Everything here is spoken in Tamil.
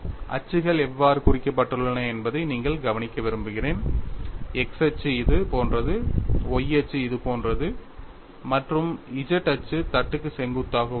அச்சுகள் எவ்வாறு குறிக்கப்பட்டுள்ளன என்பதை நீங்கள் கவனிக்க விரும்புகிறேன் x அச்சு இது போன்றது y அச்சு இது போன்றது மற்றும் z அச்சு தட்டுக்கு செங்குத்தாக உள்ளது